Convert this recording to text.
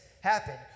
happen